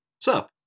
sup